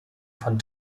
von